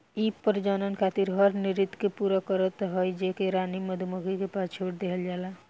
इ प्रजनन खातिर हर नृत्य के पूरा करत हई जेके रानी मधुमक्खी के पास छोड़ देहल जाला